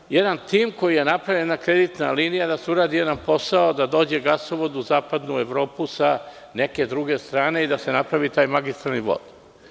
To je jedan tim koji je napravljen, jedna kreditna linija, da se uradi jedan posao, da dođe gasovod u zapadnu Evropu sa neke druge strane i da se napravi taj magistralni vod.